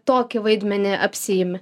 tokį vaidmenį apsiimi